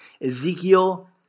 Ezekiel